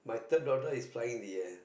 my third daughter is flying in the air